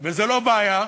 וזו לא בעיה.